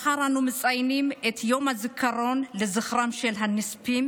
מחר אנו מציינים את יום הזיכרון לזכר הנספים